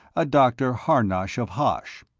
a dr. harnosh of hosh.